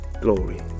Glory